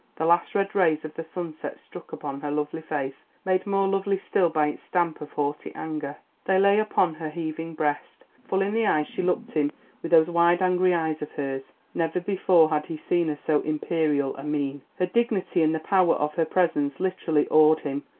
the last red rays of the sunset struck upon her lovely face made more lovely still by its stamp of haughty anger they lay upon her heaving breast. full in the eyes she looked him with those wide angry eyes of hers never before had he seen her so imperial a mien. her dignity and the power of her presence literally awed him,